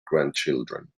grandchildren